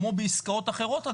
כמו בעסקאות אחרות,